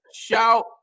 Shout